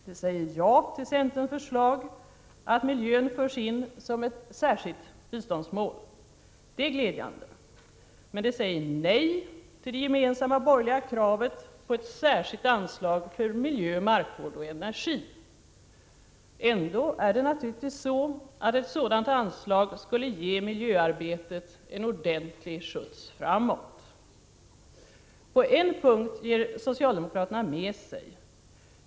De säger ja till centerns förslag, att miljön förs in som ett särskilt biståndsmål. Det är glädjande. Men de säger nej till det gemensamma borgerliga kravet på ett särskilt anslag för miljövård, markvård och energi. Ändå är det naturligtvis så att ett sådant anslag skulle ge miljöarbetet en ordentlig skjuts framåt. På en punkt ger socialdemokraterna med sig.